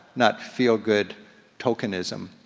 not feel good tokenism.